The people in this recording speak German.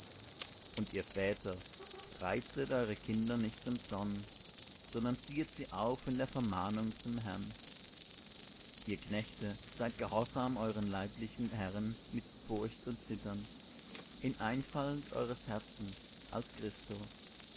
und ihr väter reizet eure kinder nicht zum zorn sondern zieht sie auf in der vermahnung zum herrn ihr knechte seid gehorsam euren leiblichen herren mit furcht und zittern in einfalt eures herzens als christo